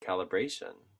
calibration